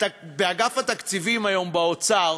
באגף התקציבים באוצר